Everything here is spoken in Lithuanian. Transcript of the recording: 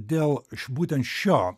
dėl iš būtent šio